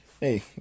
Hey